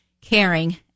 caring